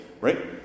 right